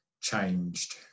changed